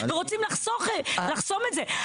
ורוצים לחסום את זה.